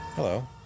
Hello